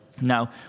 Now